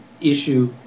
issue